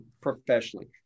professionally